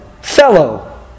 fellow